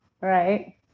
right